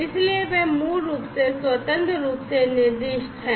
इसलिए वे मूल रूप से स्वतंत्र रूप से निर्दिष्ट हैं